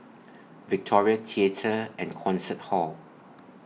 Victoria Theatre and Concert Hall